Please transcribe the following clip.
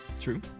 True